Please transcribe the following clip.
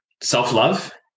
self-love